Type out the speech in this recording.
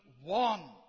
One